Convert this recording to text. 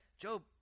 Job